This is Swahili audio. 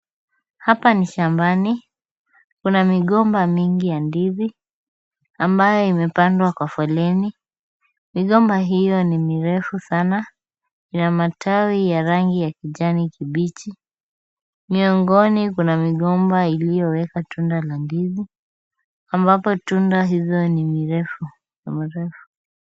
Hapa ni shambani. Kuna migomba mingi ya ndizi ambayo imepandwa kwa foleni. Migomba hiyo ni mirefu sana. Ina matawi ya rangi ya kijani kibichi. Miongoni kuna migomba iliyowekwa tunda la ndizi ambapo tunda hizo ni mirefu.